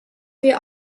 wir